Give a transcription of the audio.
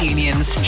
Unions